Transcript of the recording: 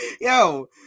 Yo